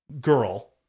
girl